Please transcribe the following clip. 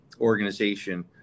organization